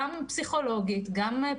זה קשה גם פסיכולוגית, גם פדגוגית,